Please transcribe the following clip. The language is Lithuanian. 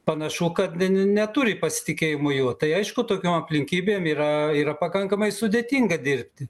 panašu kad ne ne neturi pasitikėjimo juo tai aišku tokiom aplinkybėm yra yra pakankamai sudėtinga dirbti